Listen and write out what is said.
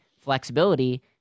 flexibility